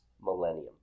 millennium